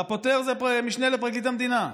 והפוטר זה המשנה לפרקליט המדינה.